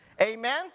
amen